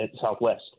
Southwest